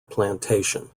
plantation